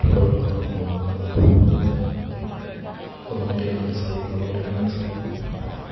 ഇവിടെ വരുന്നത് കൊണ്ടുള്ള ഗുണങ്ങൾ എന്നുള്ള കാര്യങ്ങളൊക്കെ പ്രൊമോട്ട് ചെയ്യാനായിട്ട് സാധിക്കും അവതരിപ്പിക്കാനായിട്ട് സാധിക്കും